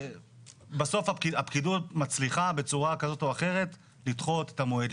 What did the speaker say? בסוף הפקידות מצליחה בצורה כזאת או אחרת לדחות את המועד,